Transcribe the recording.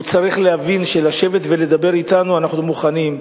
הוא צריך להבין שלשבת ולדבר אתנו, אנחנו מוכנים.